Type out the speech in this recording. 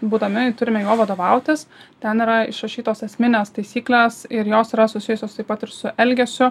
būdami turime juo vadovautis ten yra išrašytos esminės taisyklės ir jos yra susijusios taip pat ir su elgesiu